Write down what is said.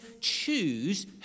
choose